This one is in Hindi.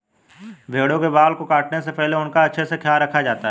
भेड़ों के बाल को काटने से पहले उनका अच्छे से ख्याल रखा जाता है